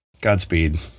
godspeed